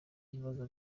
ibibazo